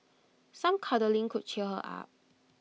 some cuddling could cheer her up